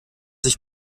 ich